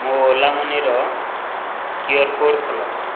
ମୋ ଓଲା ମନିର Q R code ଖୋଲ